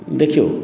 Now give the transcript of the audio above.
देखियौ